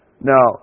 Now